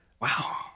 Wow